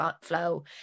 flow